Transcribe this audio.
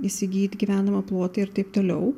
įsigyt gyvenamą plotą ir taip toliau